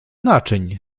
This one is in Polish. naczyń